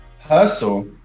hustle